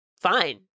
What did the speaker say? fine